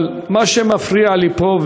אבל מה שמפריע לי פה,